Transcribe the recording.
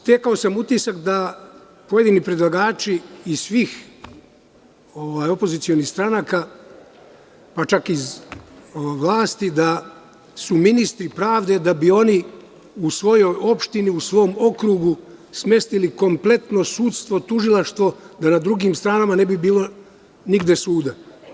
Stekao sam utisak da pojedini predlagači iz svih opozicionih stranaka, pa čak i iz vlasti, da su ministri pravde da bi oni u svojoj opštini, u svom okrugu smestili kompletno sudstvo, tužilaštvo kako na drugim stranama ne bi bilo nigde suda.